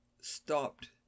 stopped